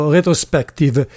Retrospective